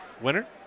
winner